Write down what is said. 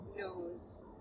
knows